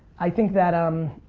i think that i'm